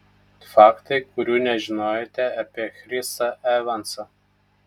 faktai kurių nežinojote apie chrisą evansą